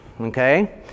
okay